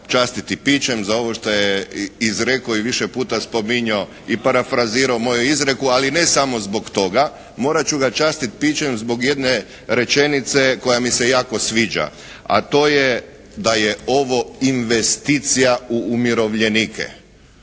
častiti pićem za ovo što je izrekao i više puta spominjao i parafrazirao moju izreku, ali ne samo zbog toga, morati ću ga častiti pićem zbog jedne rečenice koja mi se jako sviđa, a to je da je ovo investicija u umirovljenike.